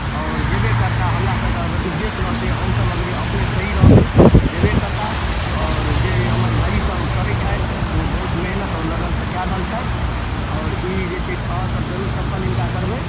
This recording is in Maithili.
आओर जेबे करताह हमरा सभके अगर उद्देश्य रहतै हमसभ अगर अपने सही रहबै तऽ जेबे करताह आओर जे हमर भाइजीसभ करै छथि ओ बहुत मेहनत आओर लगनसँ कए रहल छथि आओर ई जे छै से अहाँसभ जरूर सफल हिनका करबै